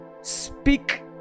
Speak